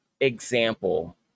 example